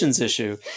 issue